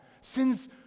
sins